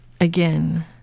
again